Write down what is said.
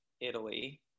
Italy